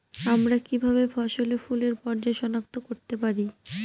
আমরা কিভাবে ফসলে ফুলের পর্যায় সনাক্ত করতে পারি?